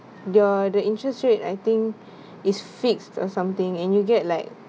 your the interest rate I think is fixed or something and you get like